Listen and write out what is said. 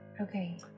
Okay